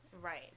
Right